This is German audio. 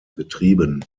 betrieben